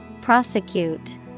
Prosecute